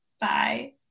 Bye